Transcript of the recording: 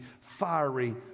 fiery